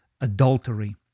adultery